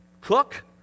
Cook